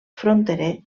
fronterer